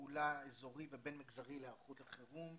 פעולה אזורי ובין מגזרי להיערכות לחירום,